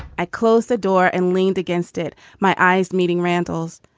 i closed the door and leaned against it my eyes meeting randle's.